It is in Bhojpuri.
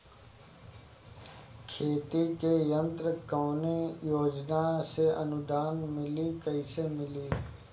खेती के यंत्र कवने योजना से अनुदान मिली कैसे मिली?